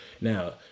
Now